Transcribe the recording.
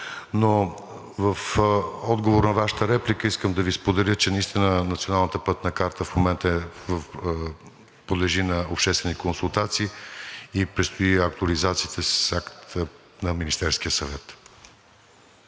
В отговор на Вашата реплика искам да Ви споделя, че наистина Националната пътна карта в момента подлежи на обществени консултации и предстои актуализацията с акт на Министерския съвет.